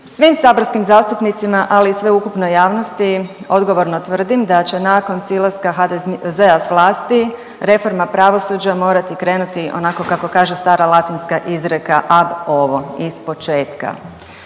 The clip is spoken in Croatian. Svim saborskim zastupnicima, ali i sveukupnoj javnosti odgovorno tvrdim da će nakon silaska HDZ-a s vlasti reforma pravosuđa morati krenuti onako kako kaže stara latinska izreka „ab ovo“ iz početka.